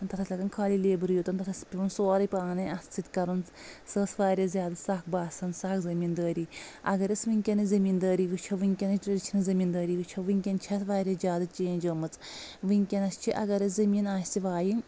تتھ ٲسۍ لگان خٲلی لیبرٕے یوت تتھ ٲسۍ پیٚوان سورُے پانے اتھٕ سۭتۍ کرُن سۄ ٲسۍ واریاہ زیادٕ سخ باسان سخ زٔمیٖندٲری اگر أسۍ ؤنکیٚنٕچ زٔمیٖندٲری وٕچھو ؤنکیٚنٕچ چھِنہٕ زٔمیٖندٲری وٕچھو ؤنکیٚن چھےٚ اتھ واریاہ زیادٕ چینج ٲمٕژ ؤنکیٚنس چھِ اگر اسہِ زٔمیٖن آسہِ وایِنۍ